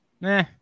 Nah